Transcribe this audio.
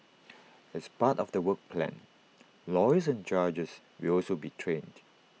as part of the work plan lawyers and judges will also be trained